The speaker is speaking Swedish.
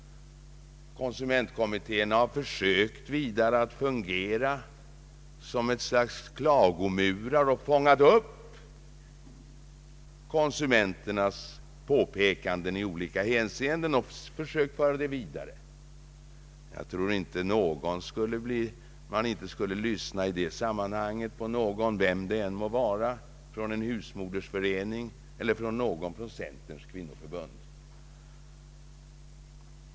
Konsumentkommittéerna har också försökt fungera som ett slags klagomurar. De har fångat upp konsumenternas påpekanden i olika hänseenden och försökt föra dem vidare. Jag tror inte att man i det sammanhanget skulle vägra att lyssna på någon, vem det än må vara, från en husmodersförening eller från centerns kvinnoförbund.